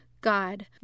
God